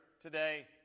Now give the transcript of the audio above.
today